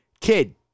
kid